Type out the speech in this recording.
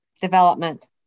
development